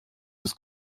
des